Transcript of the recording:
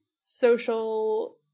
social